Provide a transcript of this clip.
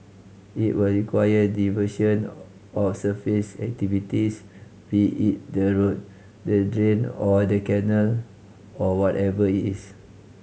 it will require diversion of surface activities be it the road the drain or the canal or whatever it is